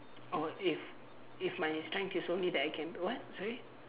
oh if if my time is only that I can what sorry